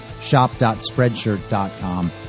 shop.spreadshirt.com